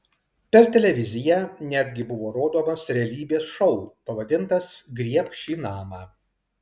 per televiziją netgi buvo rodomas realybės šou pavadintas griebk šį namą